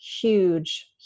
huge